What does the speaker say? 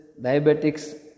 diabetics